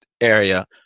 area